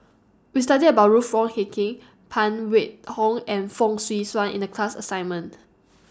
We studied about Ruth Wong Hie King Phan Wait Hong and Fong Swee Suan in The class assignment